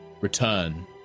return